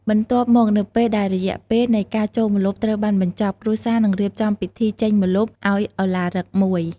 បន្ទាប់មក នៅពេលដែលរយៈពេលនៃការចូលម្លប់ត្រូវបានបញ្ចប់ គ្រួសារនឹងរៀបចំ ពិធីចេញម្លប់ ដ៏ឱឡារិកមួយ។